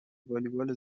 والیبال